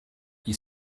you